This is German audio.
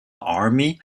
army